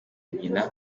nyina